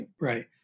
Right